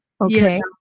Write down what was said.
okay